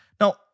Now